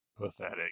pathetic